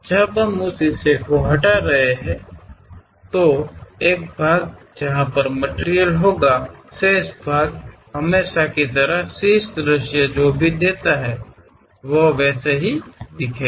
जब हम उस हिस्से को हटा रहे हैं यह एक भाग जहा पर मटिरियल होगा शेष भाग हमेशा की तरह शीर्ष दृश्य जो भी देता है वैसे ही दिखेंगा